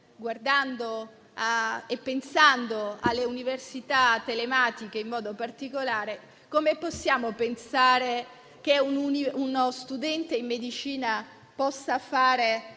Guardando, infatti, alle università telematiche in particolare, come possiamo pensare che uno studente in medicina possa fare